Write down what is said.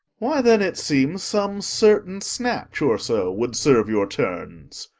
why, then, it seems some certain snatch or so would serve your turns.